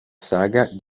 saga